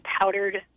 powdered